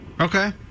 Okay